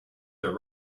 the